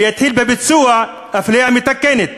ויתחיל בביצוע אפליה מתקנת,